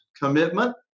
commitment